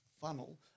funnel